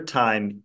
time